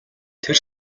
тэр